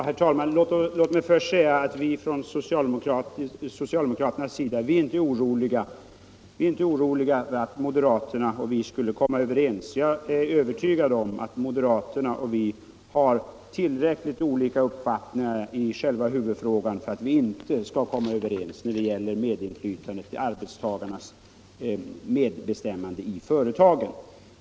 Herr talman! Låt mig först säga att vi socialdemokrater inte är ”ororliga” för att moderaterna och vi skall komma överens i dessa frågor. Jag är övertygad om att moderaterna och vi har tillräckligt olika uppfattningar i själva huvudfrågan för att vi inte skall komma överens när det gäller arbetstagarnas inflytande i företagen.